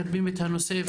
מקדמים את הנושא.